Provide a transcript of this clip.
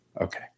Okay